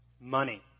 money